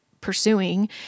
pursuing